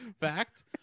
fact